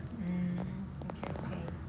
mm okay okay